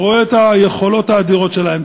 רואה את היכולות המדהימות שלהם,